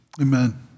amen